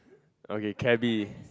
okay cabby